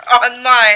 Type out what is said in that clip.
online